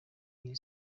iri